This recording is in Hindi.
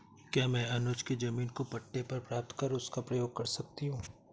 क्या मैं अनुज के जमीन को पट्टे पर प्राप्त कर उसका प्रयोग कर सकती हूं?